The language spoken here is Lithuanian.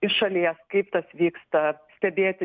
iš šalies kaip tas vyksta stebėti